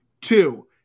Two